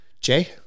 Jay